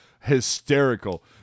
hysterical